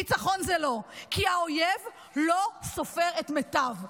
ניצחון זה לא, כי האויב לא סופר את מתיו.